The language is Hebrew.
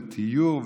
לתיור,